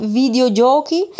videogiochi